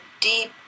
deep